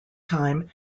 time